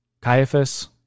Caiaphas